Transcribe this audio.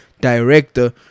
director